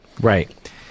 Right